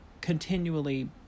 continually